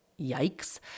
Yikes